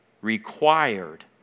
required